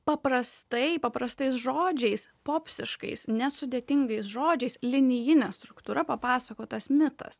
paprastai paprastais žodžiais popsiškais nesudėtingais žodžiais linijine struktūra papasakotas mitas